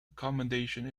accommodation